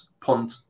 punt